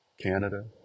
Canada